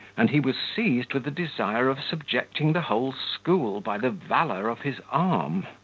and he was seized with the desire of subjecting the whole school by the valour of his arm.